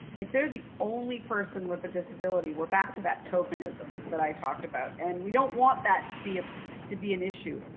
if they're the only person with a disability, we're back to that tokenism that i talked about. and we don't want that to be ah to be an issue.